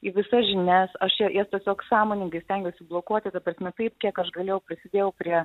į visas žinias aš jas tiesiog sąmoningai stengiuosi blokuoti ta prasme taip kiek aš galėjau prisidėjau prie